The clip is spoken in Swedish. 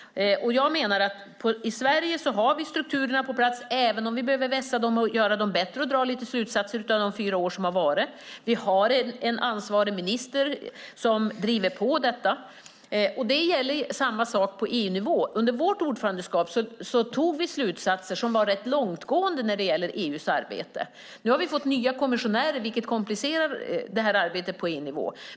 Jag menar att vi i Sverige har strukturerna på plats även om vi behöver vässa dem, göra dem bättre och dra lite slutsatser av de fyra år som har gått. Vi har en ansvarig minister som driver på detta. Samma sak gäller på EU-nivå. Under vårt ordförandeskap antog vi slutsatser som var rätt långtgående när det gäller EU:s arbete. Nu har vi fått nya kommissionärer, vilket komplicerar arbetet på EU-nivå.